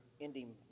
ending